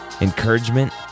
encouragement